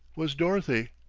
was dorothy.